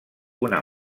una